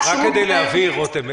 רותם,